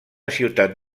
ciutat